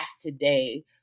today